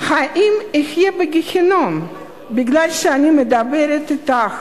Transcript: האם אהיה בגיהינום כי אני מדברת אתך?